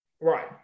right